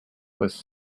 was